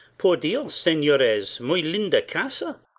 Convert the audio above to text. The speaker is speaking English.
por dios, senores, muy linda casa!